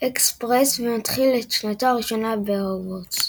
אקספרס ומתחיל את שנתו הראשונה בהוגוורטס.